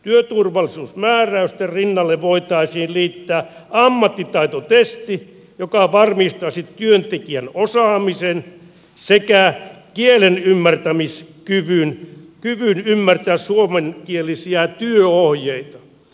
työturvallisuusmääräysten rinnalle voitaisiin liittää ammattitaitotesti joka varmistaisi työntekijän osaamisen sekä kielenymmärtämiskyvyn kyvyn ymmärtää suomenkielisiä työohjeita